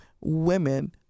women